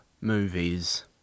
movies